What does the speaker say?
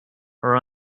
are